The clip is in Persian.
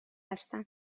هستم